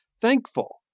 Thankful